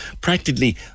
practically